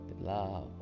love